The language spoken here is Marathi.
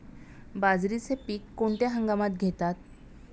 बाजरीचे पीक कोणत्या हंगामात घेतात?